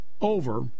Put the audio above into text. over